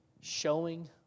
showing